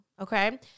Okay